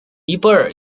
尼泊尔